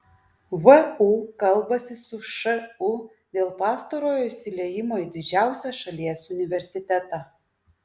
vu kalbasi su šu dėl pastarojo įsiliejimo į didžiausią šalies universitetą